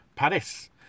Paris